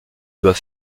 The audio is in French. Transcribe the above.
doit